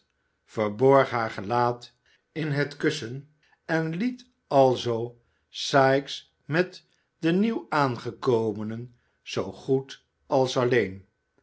verborg haar gelaat in het kussen en liet alzoo sikes met de nieuw aangekomenen zoo goed als alleen